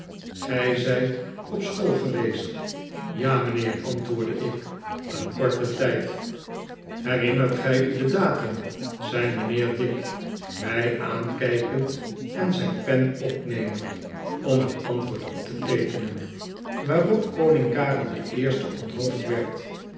gij zijt op school geweest ja mijnheer antwoordde ik een korten tijd herinnert gij u den datum zei mijnheer dick mij aankijkend en zijn pen opnemend om het antwoord op te teekenen waarop koning karel de eerste onthoofd werd